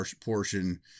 portion